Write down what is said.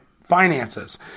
finances